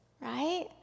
right